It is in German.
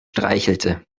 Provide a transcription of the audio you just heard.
streichelte